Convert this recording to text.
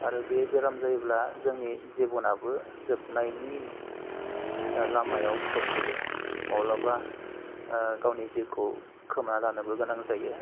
आरो बे बेराम जायोब्ला जोंनि जिब'नाबो जोबनायनि लामायाव सोफैयो मब्लाबा गावनि जिउखौ खोमाना लानोबो गोनां जायो